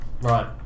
Right